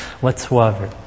whatsoever